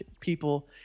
people